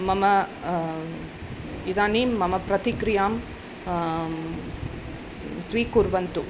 मम इदानीं मम प्रतिक्रियां स्वीकुर्वन्तु